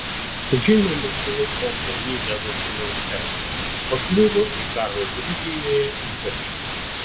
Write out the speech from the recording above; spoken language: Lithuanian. žinoma filosofė nida vasiliauskaitė pakliuvo į karo gruzijoje įkarštį